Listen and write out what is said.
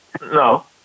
No